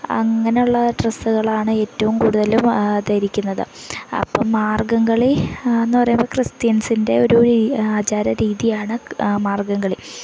അങ്ങനെയുള്ള ഡ്രസ്സുകളാണ് ഏറ്റവും കൂടുതലും ധരിക്കുന്നത് അപ്പം മാർഗ്ഗംകളി എന്നുപറയുമ്പോള് ക്രിസ്ത്യൻസിൻ്റെ ഒരു ആചാരരീതിയാണ് മാർഗ്ഗംകളി